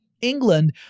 England